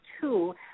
two